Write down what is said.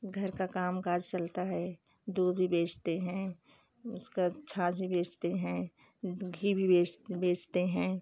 घर का काम काज चलता है दूध भी बेचते हैं उसकी छाछ भी बेचते हैं घी भी बेचते हैं